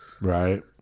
Right